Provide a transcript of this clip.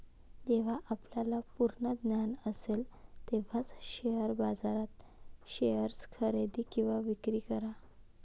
जेव्हा आपल्याला पूर्ण ज्ञान असेल तेव्हाच शेअर बाजारात शेअर्स खरेदी किंवा विक्री करा